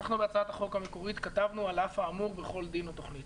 אנחנו בהצעת החוק המקורית כתבנו "על אף האמור בכל דין או תכנון"